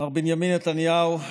מר בנימין נתניהו,